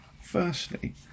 firstly